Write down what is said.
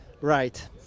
right